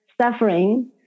suffering